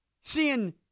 seeing